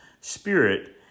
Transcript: spirit